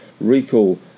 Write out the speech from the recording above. recall